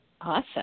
Awesome